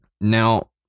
Now